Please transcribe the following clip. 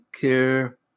care